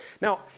Now